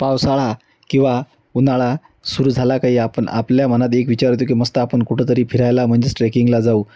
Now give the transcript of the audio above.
पावसाळा किंवा उन्हाळा सुरू झाला काही आपण आपल्या मनात एक विचार येतो की मस्त आपण कुठंतरी फिरायला म्हणजेच ट्रेकिंगला जाऊ